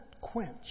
quench